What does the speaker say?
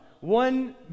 One